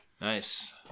Nice